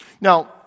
Now